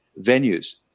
venues